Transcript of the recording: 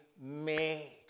made